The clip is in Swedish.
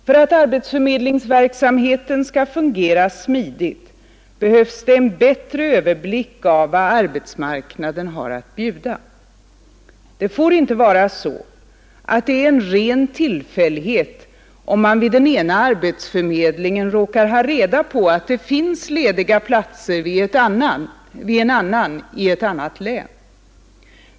För att arbetsförmedlingsverksamheten skall fungera smidigt behövs en bättre överblick över vad arbetsmarknaden har att bjuda. Det får inte vara så att det är en ren tillfällighet om man vid den ena arbetsförmedlingen råkar ha reda på att det finns lediga platser vid en annan i ett annat län.